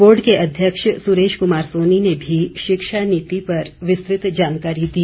board के अध्यक्ष सुरेश कुमार सोनी ने भी शिक्षा नीति पर विस्तृत जानकारी दी